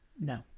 No